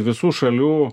visų šalių